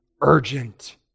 urgent